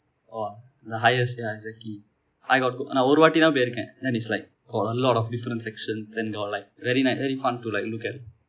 !wah! the highest ya exactly I got go நான் ஒரு வாட்டி தான் போயிருக்கேன்:naan oru vaati thaan poyiruken then is like got a lot of different section then got like very nice very fun to like look at